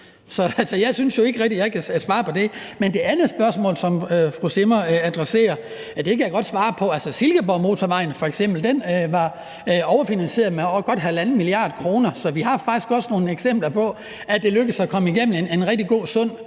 Så jeg synes jo ikke rigtig, jeg kan svare på det. Men det andet spørgsmål, som fru Susanne Zimmer adresserer, kan jeg godt svare på. F.eks. var Silkeborgmotorvejen overfinansieret med godt halvanden milliard kroner, så vi har faktisk også nogle eksempler på, at det er lykkedes at komme igennem et rigtig godt og sundt